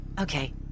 Okay